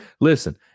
Listen